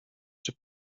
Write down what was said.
czy